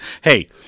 hey